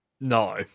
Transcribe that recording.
no